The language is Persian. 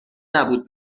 نبود